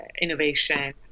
innovation